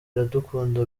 iradukunda